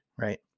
Right